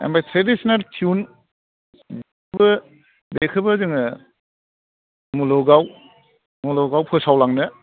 ओमफ्राय थ्रेदिसनेल थिउन बो बेखौबो जोङो मुलुगाव मुलुगाव फोसाव लांनो